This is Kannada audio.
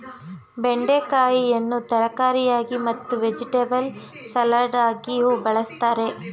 ಬೆಂಡೆಕಾಯಿಯನ್ನು ತರಕಾರಿಯಾಗಿ ಮತ್ತು ವೆಜಿಟೆಬಲ್ ಸಲಾಡಗಿಯೂ ಬಳ್ಸತ್ತರೆ